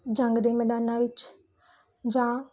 ਜੰਗ ਦੇ ਮੈਦਾਨਾਂ ਵਿੱਚ ਜਾਂ